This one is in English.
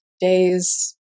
days